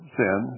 sin